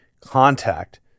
contact